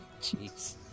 Jeez